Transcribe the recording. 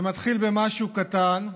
זה מתחיל במשהו קטן,